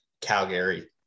Calgary